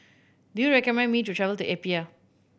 do you recommend me to travel to Apia